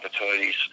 opportunities